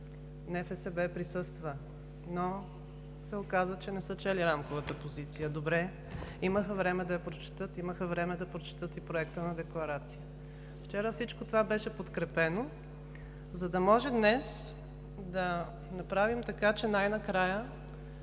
НФСБ присъства, но се оказа, че не са чели Рамковата позиция. Добре, имаха време да я прочетат, имаха време да прочетат и Проекта на декларацията. Вчера всичко това беше подкрепено, за да може днес да направим така, че най-накрая